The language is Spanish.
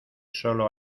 solo